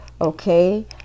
okay